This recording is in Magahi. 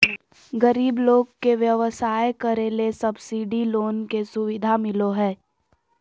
गरीब लोग के व्यवसाय करे ले सब्सिडी लोन के सुविधा मिलो हय